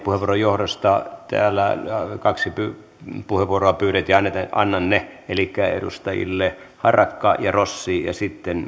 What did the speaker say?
puheenvuoron johdosta täällä on kaksi puheenvuoroa pyydetty ja annan ne elikkä edustajille harakka ja rossi ja sitten